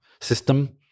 system